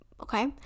Okay